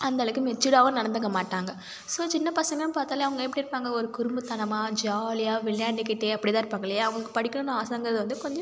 அந்தளவுக்கு மெச்சூர்டாகவும் நடந்துக்க மாட்டாங்க ஸோ சின்ன பசங்கன்னு பார்த்தாலே அவங்க எப்படி இருப்பாங்க ஒரு குறும்புத்தனமாக ஜாலியாக விளையாண்டுக்கிட்டே அப்படி தான் இருப்பாங்க இல்லையா அவங்களுக்கு படிக்கணும்னு ஆசைங்கிறது வந்து கொஞ்சம்